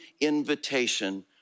invitation